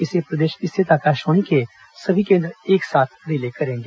इसे प्रदेश स्थित आकाशवाणी के सभी केंद्र एक साथ रिले करेंगे